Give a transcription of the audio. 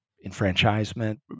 enfranchisement